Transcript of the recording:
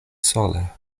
sole